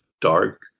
dark